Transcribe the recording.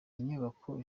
inyubako